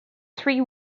three